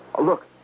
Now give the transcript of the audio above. Look